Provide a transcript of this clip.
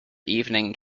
evening